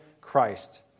Christ